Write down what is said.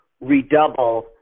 redouble